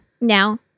now